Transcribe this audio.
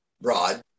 Broad